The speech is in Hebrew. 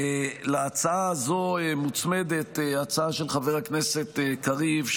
להצעה הזו מוצמדת הצעה של חבר הכנסת קריב,